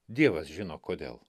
dievas žino kodėl